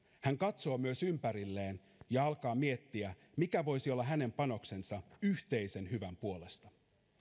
hän katsoo myös ympärilleen ja alkaa miettiä mikä voisi olla hänen panoksensa yhteisen hyvän puolesta